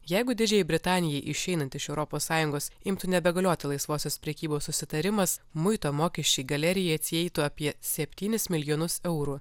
jeigu didžiajai britanijai išeinant iš europos sąjungos imtų nebegalioti laisvosios prekybos susitarimas muito mokesčiai galerijai atsieitų apie septynis milijonus eurų